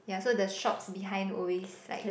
ya so the shops behind always like